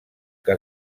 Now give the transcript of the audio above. que